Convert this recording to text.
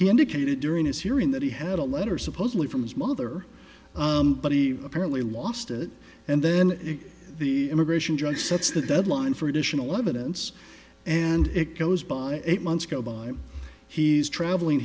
indicated during his hearing that he had a letter supposedly from his mother but he apparently lost it and then the immigration judge sets the deadline for additional evidence and it goes by eight months go by he's traveling